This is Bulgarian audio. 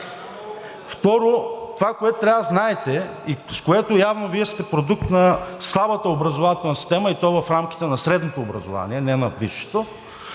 Второ, това, което трябва да знаете – явно Вие сте продукт на старата образователна система, и то в рамките на средното образование, не на висшето,